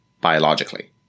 biologically